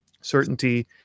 certainty